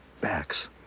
backs